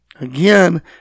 Again